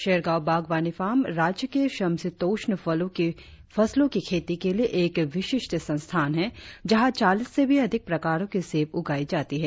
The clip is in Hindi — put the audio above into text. शेरगांव बागवानी फार्म राज्य की समशीतोष्ण फलों की फसलों की खेती के लिए एक विशिष्ट संस्थान है जहां चालीस से भी अधिक प्रकारों की सेब उगाई जाती है